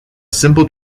simple